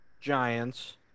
Giants